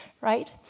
right